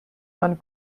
man